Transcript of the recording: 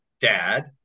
dad